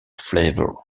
flavor